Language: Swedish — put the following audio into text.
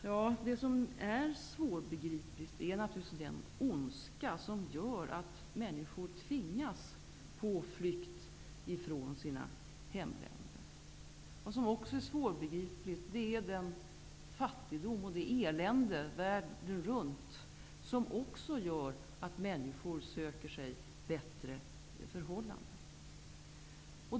Ja, det som är svårbegripligt är naturligtvis den ondska som gör att människor tvingas på flykt från sina hemländer. Vad som också är svårbegripligt är den fattigdom och det elände världen runt som gör att människor söker sig till bättre förhållanden.